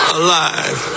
alive